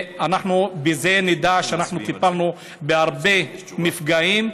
בכך אנחנו נדע שטיפלנו בהרבה מפגעים,